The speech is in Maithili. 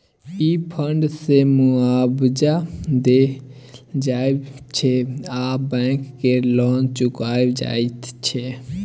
ई फण्ड सँ मुआबजा देल जाइ छै आ बैंक केर लोन चुकाएल जाइत छै